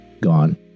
gone